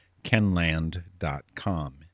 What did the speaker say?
kenland.com